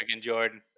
Jordan